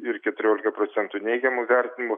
ir keturiolika procentų neigiamų vertinimų